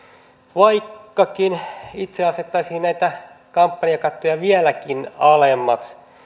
vaikkakin itse asettaisin näitä kampanjakattoja vieläkin alemmaksi